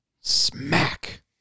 Smack